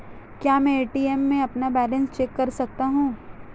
क्या मैं ए.टी.एम में अपना बैलेंस चेक कर सकता हूँ?